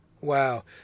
Wow